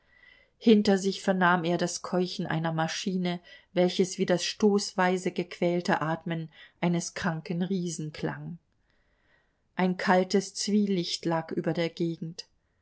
hinter sich vernahm er das keuchen einer maschine welches wie das stoßweise gequälte atmen eines kranken riesen klang ein kaltes zwielicht lag über der gegend